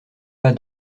pas